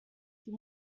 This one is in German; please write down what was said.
die